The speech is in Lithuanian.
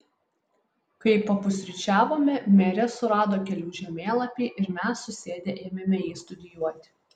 kai papusryčiavome merė surado kelių žemėlapį ir mes susėdę ėmėme jį studijuoti